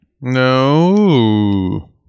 No